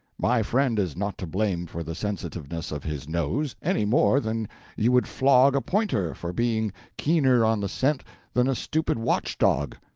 my friend is not to blame for the sensitiveness of his nose, any more than you would flog a pointer for being keener on the scent than a stupid watch dog.